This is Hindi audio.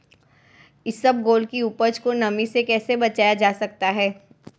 इसबगोल की उपज को नमी से कैसे बचाया जा सकता है?